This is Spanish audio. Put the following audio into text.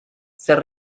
ser